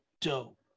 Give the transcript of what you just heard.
dope